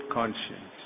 conscience